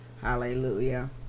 Hallelujah